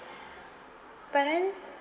but then